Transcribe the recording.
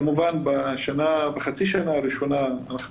ובחצי השנה הראשונה,